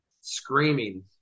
screaming